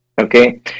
Okay